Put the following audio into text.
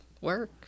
work